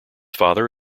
father